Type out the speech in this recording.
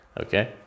Okay